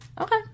Okay